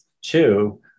Two